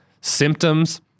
symptoms